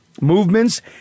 movements